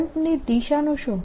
કરંટની દિશાનું શું